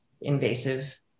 invasive